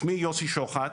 שמי יוסי שוחט,